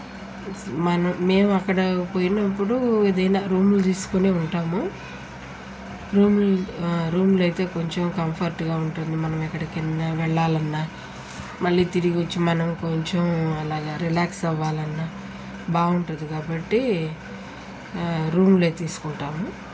మనం మేము అక్కడ పోయినప్పుడు ఏదైనా రూములు తీసుకుని ఉంటాము రూంలు రూమ్లు అయితే కొంచెం కంఫర్ట్గా ఉంటుంది మనం ఎక్కడికెళ్ళినా వెళ్ళాలన్నా మళ్ళీ తిరిగొచ్చి మనం కొంచెం అలాగా రిలాక్స్ అవ్వాలన్నా బాగుంటుంది కాబట్టి రూంలే తీసుకుంటాము